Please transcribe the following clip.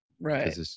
right